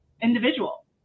individual